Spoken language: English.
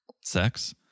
Sex